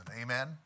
Amen